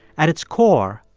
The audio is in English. at its core,